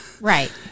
Right